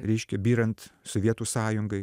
reiškia byrant sovietų sąjungai